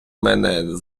мене